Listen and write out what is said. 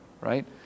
right